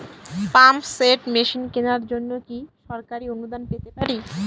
Pump set machine কেনার জন্য কি সরকারি অনুদান পেতে পারি?